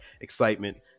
excitement